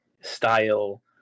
style